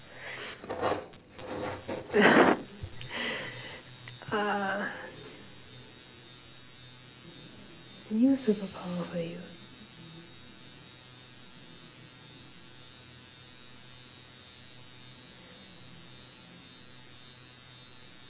uh a new superpower for you